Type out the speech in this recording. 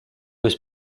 was